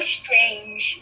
strange